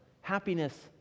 happiness